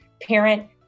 parent